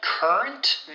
Current